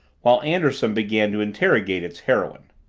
while anderson began to interrogate its heroine.